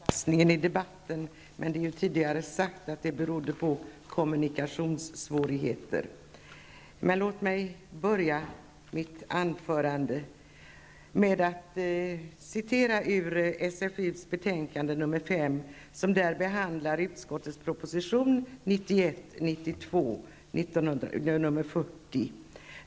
Herr talman! Jag beklagar att det blev en omkastning i debatten, men det berodde på kommunikationssvårigheter. Låt mig börja mitt anförande med att citera ur socialförsäkringsutskottets betänkande 5, där utskottet behandlar regeringens proposition 1991/92:40.